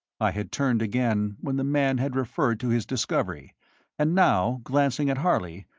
i had turned again, when the man had referred to his discovery and now, glancing at harley,